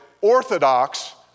orthodox